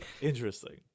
Interesting